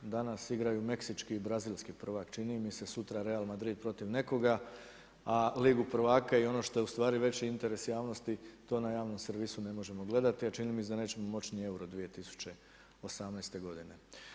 Danas igraju meksički i brazilski prvak čini mi se, sutra Real Madrid protiv nekoga, a Ligu prvaka i ono što je ustvari veći interes javnosti to na javnom servisu ne možemo gledati, a čini mi se da nećemo moći ni Euro 2018. godine.